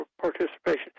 participation